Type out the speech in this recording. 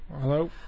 Hello